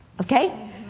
Okay